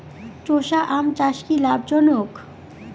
চোষা আম চাষ কি লাভজনক?